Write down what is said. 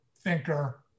thinker